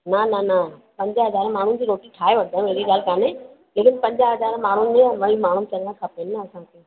न न न पंज हज़ार माण्हूनि जी रोटी ठाहे वठंदा आहियूं अहिड़ी ॻाल्हि कोन्हे लेकिन पंज हज़ार माण्हूनि जो भई माण्हू चङा खपनि न असांखे